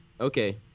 Okay